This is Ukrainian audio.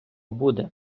буде